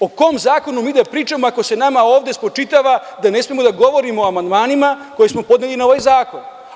O kom zakonu mi da pričamo ako se nama ovde spočitava da ne smemo da govorimo o amandmanima koje smo podneli na ovaj zakon?